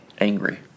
angry